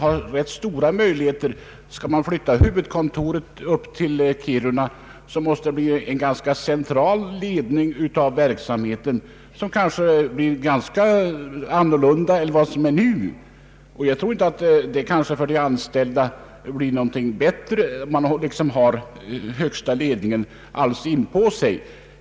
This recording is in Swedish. Skall huvudkontoret flyttas upp till Kiruna, måste det bli en ganska central ledning av verksamheten, något som blir annorlunda än vad som nu är fallet. Jag tror inte att de anställda får det bättre genom att ha den högsta ledningen alldeles inpå sig.